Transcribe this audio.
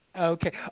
Okay